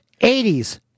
80s